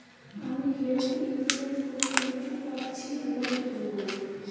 আমি health insurance করতে ইচ্ছুক কথসি যোগাযোগ করবো?